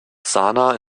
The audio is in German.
sanaa